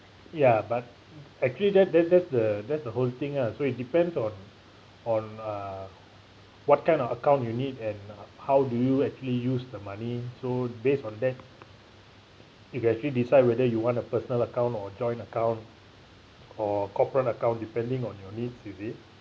ya but actually that that that's the that's the whole thing ah so it depends on on uh what kind of account you need and how do you actually use the money so based on that you can actually decide whether you want a personal account or joint account or corporate account depending on your needs you see